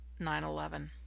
9-11